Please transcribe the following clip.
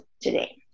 today